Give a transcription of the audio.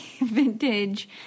vintage